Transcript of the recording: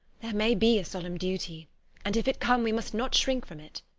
there may be a solemn duty and if it come we must not shrink from it.